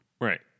Right